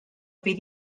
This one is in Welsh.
fydd